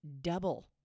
double